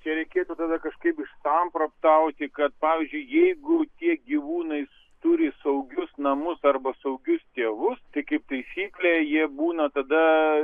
čia reikėtų tada kažkaip išsamprotauti kad pavyzdžiui jeigu tie gyvūnais turi saugius namus arba saugius tėvus tai kaip taisyklė jie būna tada